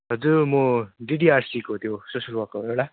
हजुर म D D R C को त्यो सोसियल वार्कर हो एउटा